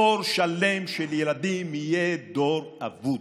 דור שלם של ילדים יהיה דור אבוד.